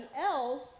else